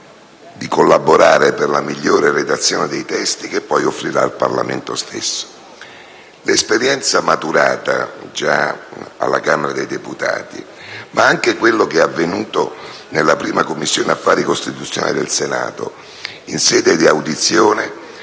di collaborare per la migliore redazione dei testi che il Governo poi offrirà al Parlamento stesso. L'esperienza maturata già alla Camera dei deputati, ma anche quello che è avvenuto nella Commissione affari costituzionali del Senato in sede di audizione